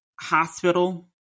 hospital